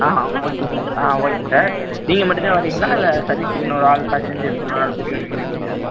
ஆ okay sir ஆ okay sir நீங்கள் மட்டுந்தான் வருவீங்களா இல்லை சர்வீஸுக்கு இன்னொரு ஆள் இன்னொரு ஆள் கூட்டி வருவீங்களா எப்படி சார்